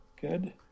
Good